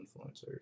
influencers